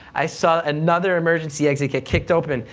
i saw another emergency exit get kicked open,